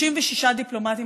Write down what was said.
36 דיפלומטים,